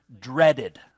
dreaded